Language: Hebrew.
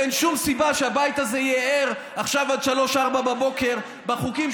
ואין שום סיבה שהבית הזה יהיה ער עכשיו עד 03:00 או 04:00 בחוקים.